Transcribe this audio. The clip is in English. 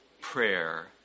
prayer